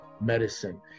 Medicine